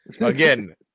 Again